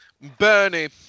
Bernie